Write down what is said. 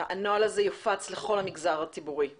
הנוהל הזה יופץ לכל המגזר הציבורי במשק?